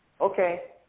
okay